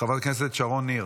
חברת הכנסת שרון ניר,